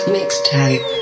Mixtape